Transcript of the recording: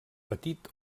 petit